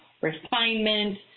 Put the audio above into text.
refinement